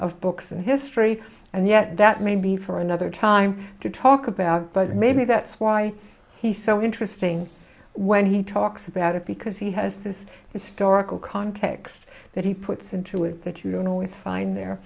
of books and history and yet that may be for another time to talk about but maybe that's why he's so interesting when he talks about it because he has this historical context that he puts into it that you don't always find the